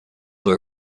were